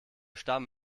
stamm